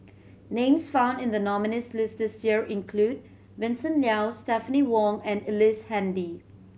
names found in the nominees' list this year include Vincent Leow Stephanie Wong and Ellice Handy